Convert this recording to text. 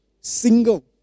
single